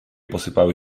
posypały